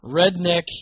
redneck